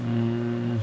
mm